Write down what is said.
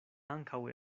ankaŭ